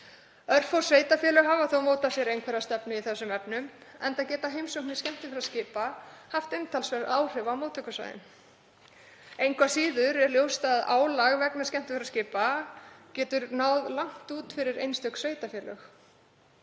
Örfá sveitarfélög hafa þó mótað sér einhverja stefnu í þessum efnum, enda geta heimsóknir skemmtiferðaskipa haft umtalsverð áhrif á móttökusvæðin. Engu að síður er ljóst að álag vegna skemmtiferðaskipa getur haft áhrif langt út fyrir einstök sveitarfélög.